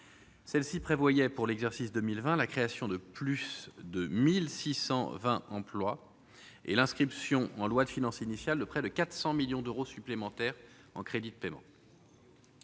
celle-ci prévoyait pour l'exercice 2020 la création de plus de 1620 emplois et l'inscription en loi de finances initiale de près de 400 millions d'euros supplémentaires en crédits de paiement.